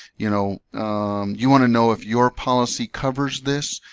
you know you want to know if your policy covers this?